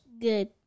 Good